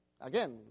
Again